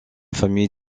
famille